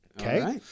okay